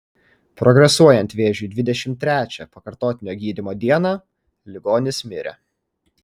progresuojant vėžiui dvidešimt trečią pakartotinio gydymo dieną ligonis mirė